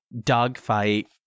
dogfight